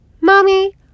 Mommy